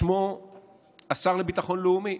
שמו השר לביטחון לאומי,